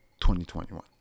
2021